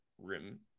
rim